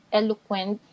eloquent